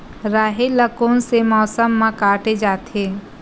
राहेर ल कोन से मौसम म काटे जाथे?